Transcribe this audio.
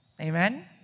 Amen